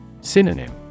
Synonym